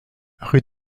rue